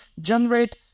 generate